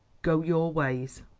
go your ways.